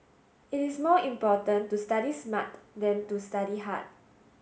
it is more important to study smart than to study hard